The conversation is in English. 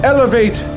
Elevate